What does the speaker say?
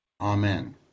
Amen